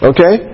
Okay